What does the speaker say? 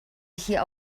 hier